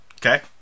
Okay